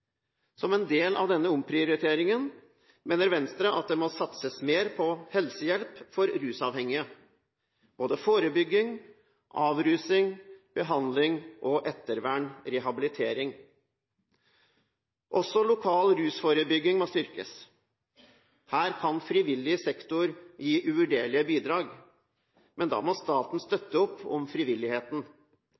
Som en del av denne omprioriteringen mener Venstre at det må satses mer på helsehjelp for rusavhengige; forebygging, avrusning, behandling og ettervern/rehabilitering. Også loka1 rusforebygging må styrkes. Her kan frivillig sektor gi uvurderlige bidrag, men da må staten støtte opp om frivilligheten.